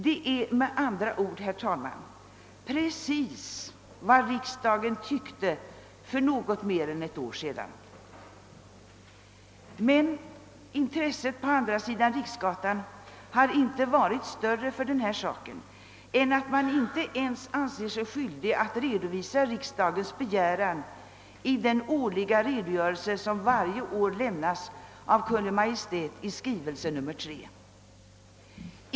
Det är med andra ord, herr talman, precis vad riksdagen tyckte för något mer än ett år sedan. Men intresset på andra sidan Riksgatan har inte varit större för denna sak än att man inte ens anser sig skyldig att redovisa riksdagens begäran i den årliga redogörelse som varje år lämnas i Kungl. Maj:ts skrivelse nr 3.